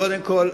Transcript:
קודם כול,